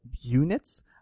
units